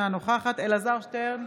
אינה נוכחת אלעזר שטרן,